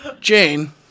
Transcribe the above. Jane